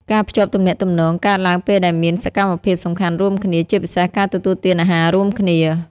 ការភ្ជាប់ទំនាក់ទំនង កើតឡើងពេលដែលមានសកម្នភាពសំខាន់រួមគ្នា ជាពិសេសការទទួលទានអាហាររួមគ្នា ។